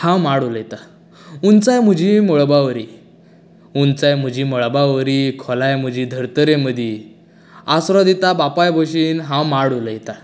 हांव माड उलयता उंचाय म्हजी मळबां वरी उंचाय म्हजी मळबां वरी खोलाय म्हजी धर्तरे मदीं आसरो दिता बापाय बशेन हांव माड उलयता